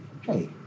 hey